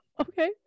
Okay